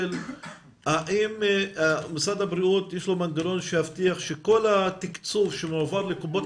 האם למשרד הבריאות יש מנגנון להבטיח שכל התקצוב שמועבר לקופות